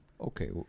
Okay